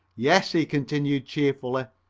yes, he continues cheerfully,